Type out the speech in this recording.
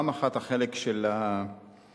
אחת, החלק של האשכולות.